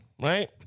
Right